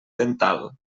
dental